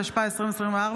התשפ"ה 2024,